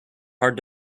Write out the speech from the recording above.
hard